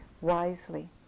wisely